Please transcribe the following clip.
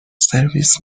سرویس